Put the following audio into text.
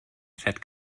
fährt